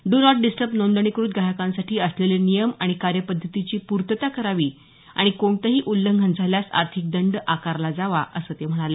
do not disturb नोंदणीकृत ग्राहकांसाठी असलेले नियम आणि कार्यपद्धतीची पूर्तता करावी आणि कोणतेही उल्लंघन झाल्यास आर्थिक दंड आकारला जावा असे ते म्हणाले